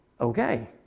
okay